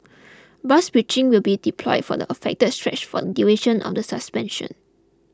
bus bridging will be deployed for the affected stretch for the duration of the suspension